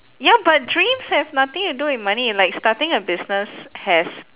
ya but dreams have nothing to do with money like starting a business has